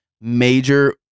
major –